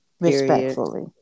respectfully